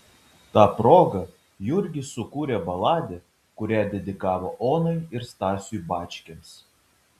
ta proga jurgis sukūrė baladę kurią dedikavo onai ir stasiui bačkiams